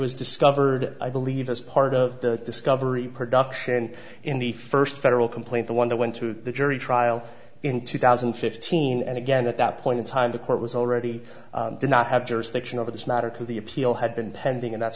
was discovered i believe as part of the discovery production in the first federal complaint the one that went through the jury trial in two thousand and fifteen and again at that point in time the court was already did not have jurisdiction over this matter because the appeal had been pending and that's